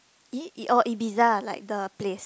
I~ I~ oh Ibiza like the place